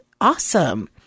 awesome